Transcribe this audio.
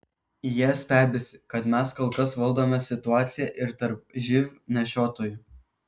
jie stebisi kad mes kol kas valdome situaciją ir tarp živ nešiotojų